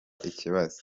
ikibazo